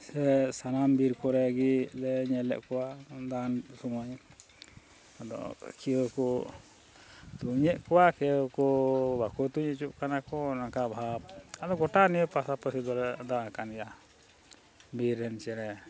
ᱥᱮ ᱥᱟᱱᱟᱢ ᱵᱤᱨ ᱠᱚᱨᱮ ᱜᱮᱞᱮ ᱧᱮᱞᱮᱫ ᱠᱚᱣᱟ ᱫᱟᱲᱟᱱ ᱥᱩᱢᱟᱹᱭ ᱟᱫᱚ ᱠᱮᱭᱳ ᱠᱚ ᱛᱩᱧᱮᱫ ᱠᱚᱣᱟ ᱠᱮᱭᱳ ᱠᱚ ᱵᱟᱠᱚ ᱛᱩᱧ ᱦᱚᱪᱚᱜ ᱠᱟᱱᱟ ᱠᱚ ᱱᱚᱝᱠᱟ ᱵᱷᱟᱵ ᱟᱫᱚ ᱜᱚᱴᱟ ᱱᱤᱭᱟᱹ ᱯᱟᱥᱟᱯᱟᱥᱤ ᱫᱚᱞᱮ ᱫᱟᱜ ᱟᱠᱟᱱ ᱜᱮᱭᱟ ᱵᱤᱨ ᱨᱮᱱ ᱪᱮᱬᱮ